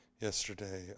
Yesterday